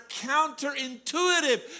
counterintuitive